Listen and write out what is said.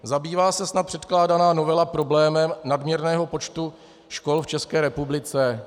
Zabývá se snad předkládaná novela problémem nadměrného počtu škol v České republice?